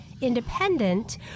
independent